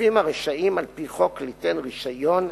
"גופים הרשאים על-פי חוק ליתן רשיון,